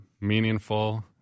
meaningful